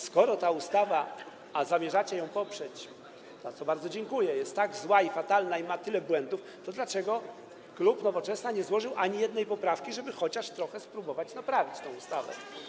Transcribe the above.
Skoro ta ustawa - a zamierzacie ją poprzeć, za co bardzo dziękuję - jest tak zła, fatalna i ma tyle błędów, to dlaczego klub Nowoczesna nie złożył ani jednej poprawki, żeby spróbować chociaż trochę naprawić tę ustawę?